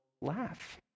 laugh